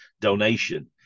donation